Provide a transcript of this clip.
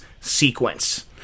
sequence